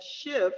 shift